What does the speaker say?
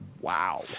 Wow